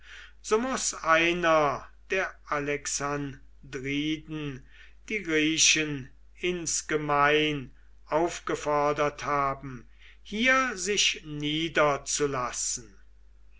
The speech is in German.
so muß einer der alexandriden die griechen insgemein aufgefordert haben hier sich niederzulassen